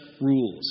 rules